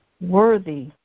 worthy